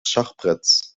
schachbretts